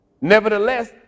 Nevertheless